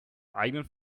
eigenen